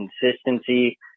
consistency